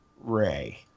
Ray